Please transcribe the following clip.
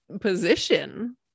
position